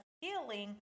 healing